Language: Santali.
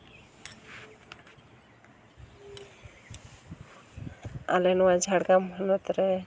ᱟᱞᱮ ᱱᱚᱣᱟ ᱡᱷᱟᱲᱜᱨᱟᱢ ᱦᱚᱱᱚᱛ ᱨᱮ